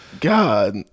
God